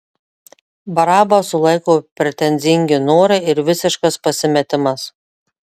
barabą sulaiko pretenzingi norai ir visiškas pasimetimas